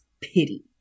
pity